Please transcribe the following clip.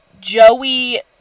Joey